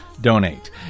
donate